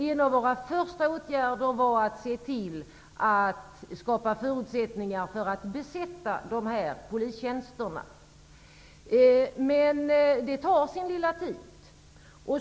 En av våra första åtgärder var att se till att skapa förutsättningar för att besätta dessa tjänster. Men det tar litet tid.